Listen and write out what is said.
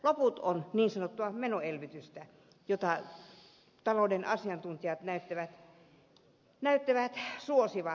loppu on niin sanottua menoelvytystä jota talouden asiantuntijat näyttävät suosivan